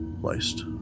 placed